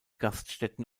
gaststätten